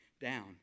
down